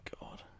God